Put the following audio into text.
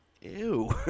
Ew